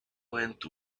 went